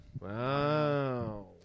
Wow